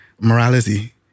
morality